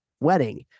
wedding